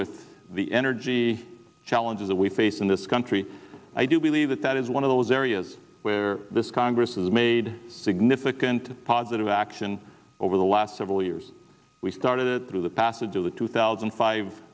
with the energy challenges that we face in this country i do believe that that is one of those areas where this congress has made significant positive action over the last several years we started it through the passage of the two thousand